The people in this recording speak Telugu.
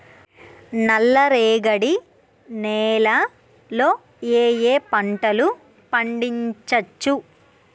నల్లరేగడి నేల లో ఏ ఏ పంట లు పండించచ్చు?